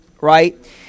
right